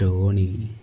Tony